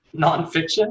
nonfiction